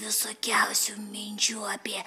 visokiausių minčių apie